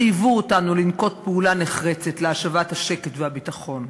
חייבו אותנו לנקוט פעולה נחרצת להשבת השקט והביטחון.